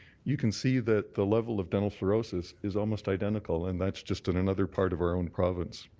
you can see that the level of dental fluorosis is almost identical. and that's just in another part of our own province.